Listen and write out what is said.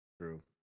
True